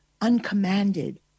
uncommanded